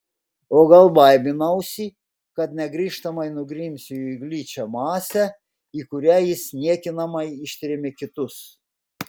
o gal baiminausi kad negrįžtamai nugrimsiu į gličią masę į kurią jis niekinamai ištrėmė kitus